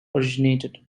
originated